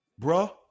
bruh